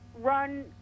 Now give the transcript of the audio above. run